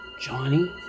Johnny